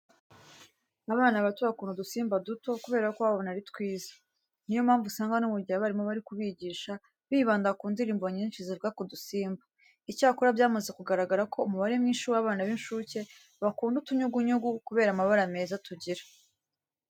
Abana bato bakunda udusimba duto kubera ko baba babona ari twiza. Ni yo mpamvu usanga no mu gihe abarimu bari kubigisha bibanda ku ndirimbo nyinshi zivuga ku dusimba. Icyakora, byamaze kugaragara ko umubare mwinshi w'abana b'incuke bakunda utunyugunyugu kubera amabara meza tugira.